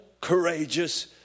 courageous